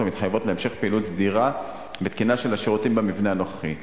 המתחייבות להמשך פעילות סדירה ותקינה של השירותים במבנה הנוכחי.